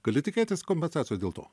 gali tikėtis kompensacijos dėl to